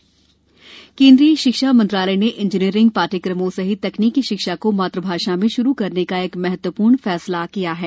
Pokhriyal UGC केन्द्रीय शिक्षा मंत्रालय ने इंजीनियंरी पाठ्यक्रमों सहित तकनीकी शिक्षा को मातृभाषा में शुरू करने का एक महत्वपूर्ण फैसला लिया है